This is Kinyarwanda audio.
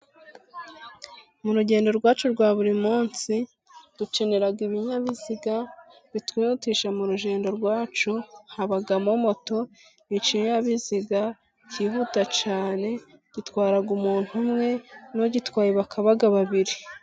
Mu rugendo rwacu rwa buri munsi, dukenera ibinyabiziga, bitwihutisha mu rugendo rwacu, habamo moto, ikinyabiziga cyihuta cyane gitwara umuntu umwe, n'ugitwaye bakaba babiri.